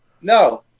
No